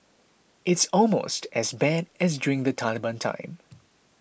it's almost as bad as during the Taliban time